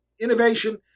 innovation